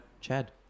Chad